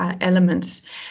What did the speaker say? elements